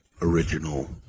original